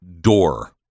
door